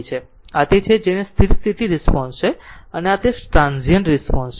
આ તે છે જેને સ્થિર સ્થિતિ રિસ્પોન્સ છે અને આ ટ્રાન્ઝીયન્ટ રિસ્પોન્સ છે